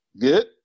Good